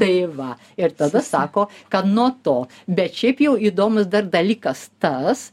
tai va ir tada sako kad nuo to bet šiaip jau įdomus dar dalykas tas